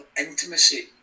intimacy